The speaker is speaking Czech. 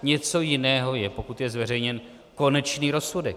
Něco jiného je, pokud je zveřejněn konečný rozsudek.